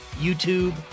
YouTube